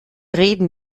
reden